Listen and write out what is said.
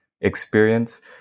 experience